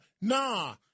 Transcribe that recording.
nah